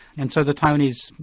and so the taiwanese,